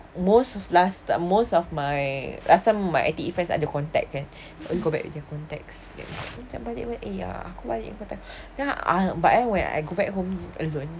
most of last most of my last time my I_T_E friends ada contact kan can go back with aku akan text macam balik punya eh ya aku balik macam but then when ah I go back home alone